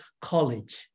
college